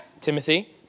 Timothy